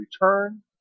return